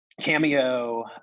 Cameo